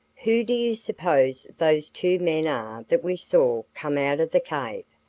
who do you suppose those two men are that we saw come out of the cave?